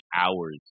hours